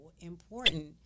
important